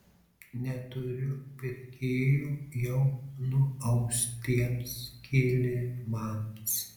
neturiu pirkėjų jau nuaustiems kilimams